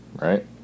Right